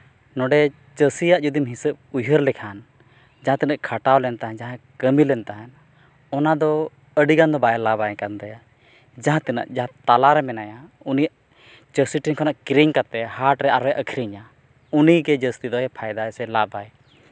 ᱱᱚᱸᱰᱮ ᱪᱟᱹᱥᱤᱭᱟᱜ ᱡᱩᱫᱤᱢ ᱦᱤᱥᱟᱹᱵᱽ ᱩᱭᱦᱟᱹᱨ ᱞᱮᱠᱷᱟᱱ ᱡᱟᱦᱟᱸ ᱛᱤᱱᱟᱹᱜ ᱠᱷᱟᱴᱟᱣ ᱞᱮᱱ ᱛᱟᱦᱮᱱ ᱡᱟᱦᱟᱸ ᱛᱤᱱᱟᱹᱜ ᱠᱟᱹᱢᱤ ᱞᱮᱱ ᱛᱟᱦᱮᱸᱫ ᱚᱱᱟ ᱫᱚ ᱟᱹᱰᱤᱜᱟᱱ ᱫᱚ ᱵᱟᱭ ᱞᱟᱵᱟᱭ ᱠᱟᱱ ᱛᱟᱭᱟ ᱡᱟᱦᱟᱸ ᱛᱤᱱᱟᱹᱜ ᱡᱟᱦᱟᱸᱭ ᱛᱟᱞᱟ ᱨᱮ ᱢᱮᱱᱟᱭᱟ ᱩᱱᱤ ᱪᱟᱹᱥᱤ ᱴᱷᱮᱱ ᱠᱷᱚᱱᱟᱜ ᱠᱤᱨᱤᱧ ᱠᱟᱛᱮᱫ ᱦᱟᱴᱨᱮ ᱟᱨᱦᱚᱸᱭ ᱟᱹᱠᱷᱨᱤᱧᱟ ᱩᱱᱤᱜᱮ ᱡᱟᱹᱥᱛᱤ ᱫᱚ ᱯᱷᱟᱭᱫᱟᱭᱟᱭ ᱥᱮ ᱞᱟᱵᱟᱭ